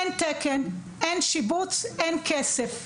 אין תקן אין שיבוץ אין כסף.